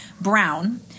Brown